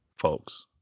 folks